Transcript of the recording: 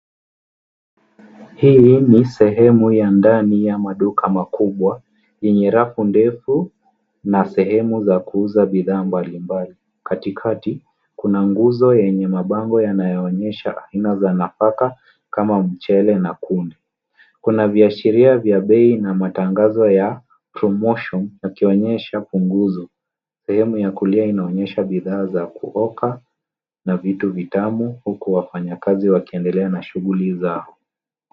Hii ni sehemu ya ndani ya maduka makubwa yenye rafu ndefu na sehemu za kuuza bidhaa mbalimbali. Katikati, kuna nguzo yenye mabango yanayoonyesha aina za nafaka kama mchele na kunde. Kuna viashiria vya bei na matangazo ya promotion yakionyesha punguzo. Sehemu ya kulia inaonyesha bidhaa vya kuoka na vitu vitamu, huku wafanya kazi wakiendelea na shughuli zao.